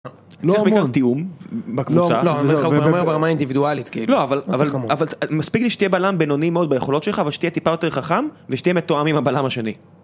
בקבוצה אינדיבידואלית כאילו אבל אבל אבל אבל מספיק לי שתהיה בלם בינוני מאוד ביכולות שלך ושתהיה טיפה יותר חכם ושתהיה מתואם עם הבלם השני.